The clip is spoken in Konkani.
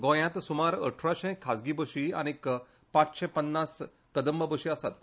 गोंयात सुमार अठराशें खाजगी बसी आनी पाचशें पन्नास कदंबा बसी आसात